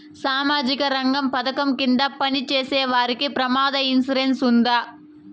సామాజిక రంగ పథకం కింద పని చేసేవారికి ప్రమాద ఇన్సూరెన్సు ఉందా?